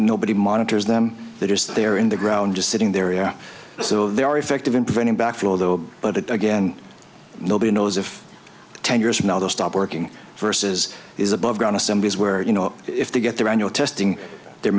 nobody monitors them they just they're in the ground just sitting there so they are effective in preventing back flow but again nobody knows if ten years from now they'll stop working versus is above ground assemblies where you know if they get their annual testing they're